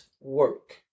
work